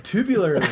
Tubular